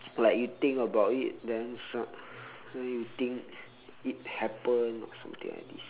like you think about it then something you think it happen or something like this